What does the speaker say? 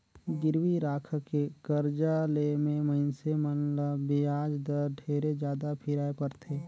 गिरवी राखके करजा ले मे मइनसे मन ल बियाज दर ढेरे जादा फिराय परथे